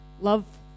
love